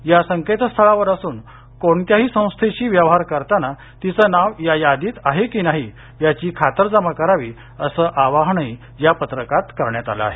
या संकेतस्थळावर असून कोणत्याही संस्थेशी व्यवहार करताना तिचं नाव या यादीत आहे की नाही त्याची खातरजमा करावी असं आवाहनही या पत्रकात करण्यात आलं आहे